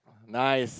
nice